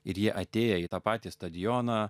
ir jie atėję į tą patį stadioną